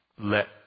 let